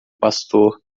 pastor